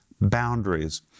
boundaries